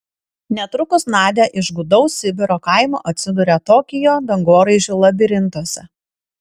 netrukus nadia iš gūdaus sibiro kaimo atsiduria tokijo dangoraižių labirintuose